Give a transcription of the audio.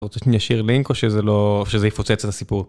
רוצה שאני אשאיר לינק או שזה יפוצץ את הסיפור?